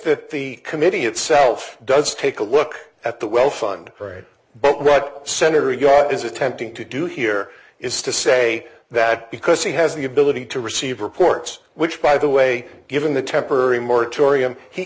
the committee itself does take a look at the well fund right but what senator yacht is attempting to do here is to say that because he has the ability to receive reports which by the way given the temporary moratorium he